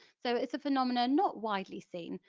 so it's a phenomena not widely seen,